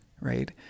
Right